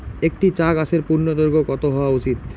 একটি চা গাছের পূর্ণদৈর্ঘ্য কত হওয়া উচিৎ?